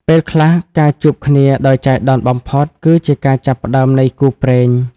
ពេលខ្លះការជួបគ្នាដោយចៃដន្យបំផុត គឺជាការចាប់ផ្ដើមនៃគូព្រេង។